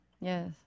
Yes